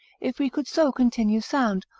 if we could so continue sound,